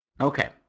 Okay